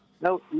No